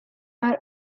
are